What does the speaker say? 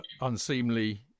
unseemly